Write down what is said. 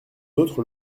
autres